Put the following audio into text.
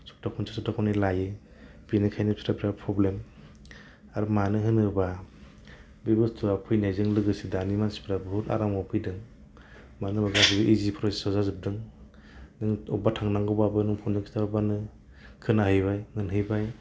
सप्ताह खनसे सप्ताह खन्नै लायो बिनिखायनो बिस्रा बिराद प्रब्लेम आरो मानो होनोबा बे बस्तुआ फैनायजों लोगोसे दानि मानसिफ्रा बुहुद आरामाव फैदों मानो होनबा गासैबो इजि प्रसेसाव जाजोबदों नों अबबा थांनांगौबाबो नों फनजों खिथाहरबानो खोनाहैबाय मोनहैबाय